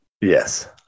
Yes